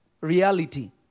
Reality